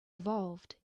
evolved